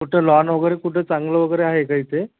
कुठं लॉन वगैरे कुठं चांगलं वगैरे आहे का इथे